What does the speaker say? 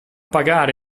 pagare